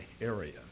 area